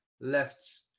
left